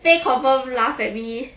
fey confirm laugh at me